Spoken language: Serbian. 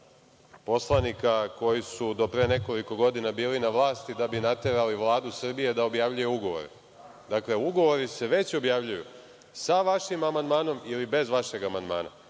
poslanika koji su do pre nekoliko godina bili na vlasti da bi naterali Vladu Srbije da objavljuje ugovore. Dakle, ugovori se već objavljuju, sa vašim amandmanom ili bez vašeg amandmana.